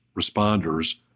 responders